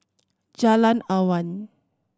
Jalan Awan